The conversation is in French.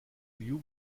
liu